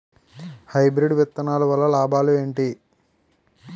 Hybrid విత్తనాలు వల్ల లాభాలు ఏంటి?